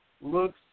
looks